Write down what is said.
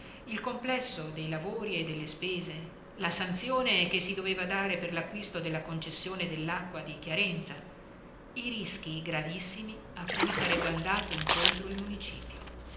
il complesso dei lavori e delle spese la sanzione che si doveva dare per l'acquisto della concessione dell'acqua di chiarenza i rischi gravissimi a cui sarebbe andato incontro il municipio